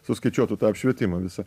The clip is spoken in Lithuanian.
suskaičiuotų tą apšvietimą visą